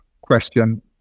question